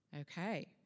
Okay